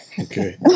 Okay